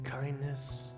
Kindness